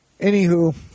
Anywho